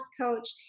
coach